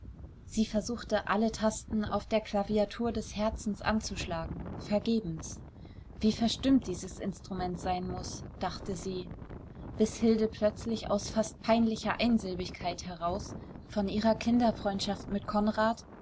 sie versuchte alle tasten auf der klaviatur des herzens anzuschlagen vergebens wie verstimmt dieses instrument sein muß dachte sie bis hilde plötzlich aus fast peinlicher einsilbigkeit heraus von ihrer kinderfreundschaft mit konrad